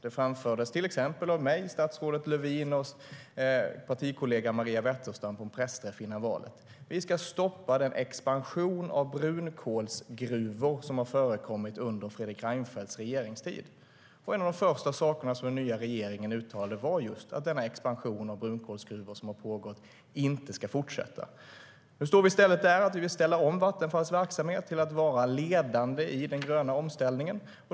Det framfördes till exempel av mig, av statsrådet Lövin och vår partikollega Maria Wetterstrand på en pressträff före valet: Vi ska stoppa den expansion av brunkolsgruvor som har förekommit under Fredrik Reinfeldts regeringstid. Något av det första som den nya regeringen uttalade var också att den expansion av brunkolsgruvor som har pågått inte ska fortsätta. Nu vill vi ställa om Vattenfalls verksamhet till att vara ledande i den gröna omställningen.